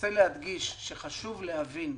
רוצה להדגיש שחשוב להבין,